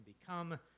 become